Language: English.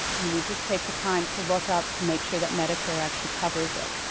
you need just take the time to look up to make sure that medicare actually covers it.